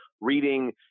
reading